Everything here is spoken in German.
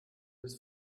bist